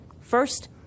First